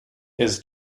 his